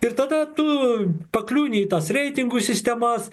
ir tada tu pakliūni į tas reitingų sistemas